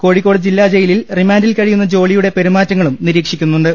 കോഴിക്കോട് ജില്ലാജയിലിൽ റിമാൻഡിൽ കഴിയുന്ന ജോളിയുടെ പെരുമാറ്റങ്ങളും നിരീക്ഷിക്കുന്നുണ്ട്